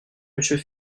monsieur